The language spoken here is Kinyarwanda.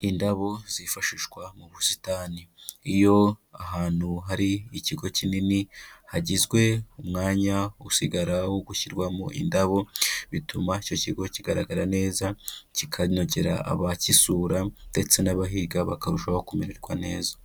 Indabo zifashishwa mu busitani, iyo ahantu hari ikigo kinini hagizwe umwanya usigara wo gushyirwamo indabo bituma icyo kigo kigaragara neza, kikanogera abagisura ndetse n'abahiga bakarushaho kumererwa neza.